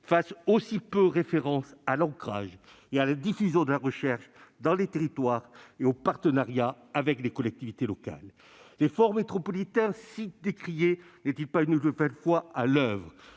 fasse aussi peu référence à l'ancrage et à la diffusion de la recherche dans les territoires et au partenariat avec les collectivités locales. L'effet métropolitain, si décrié, n'est-il pas une nouvelle fois à l'oeuvre